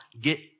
Get